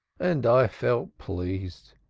and i felt pleased.